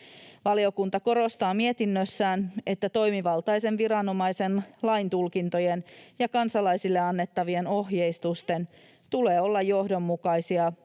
Valiokunta korostaa mietinnössään, että toimivaltaisen viranomaisen laintulkintojen ja kansalaisille annettavien ohjeistusten tulee olla johdonmukaisia